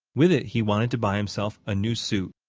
with it he wanted to buy himself a new suit.